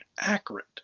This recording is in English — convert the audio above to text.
accurate